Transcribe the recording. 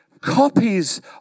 copies